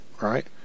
right